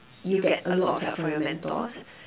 you get a lot of help from your mentors